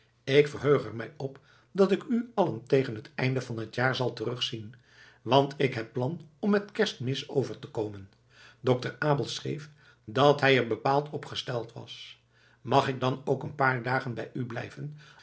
ik verheug er mij op dat ik u allen tegen het einde van t jaar zal terugzien want ik heb plan om met kerstmis over te komen dr abels schreef dat hij er bepaald op gesteld was mag ik dan ook een paar dagen bij u blijven